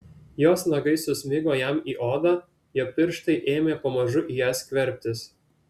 jos nagai susmigo jam į odą jo pirštai ėmė pamažu į ją skverbtis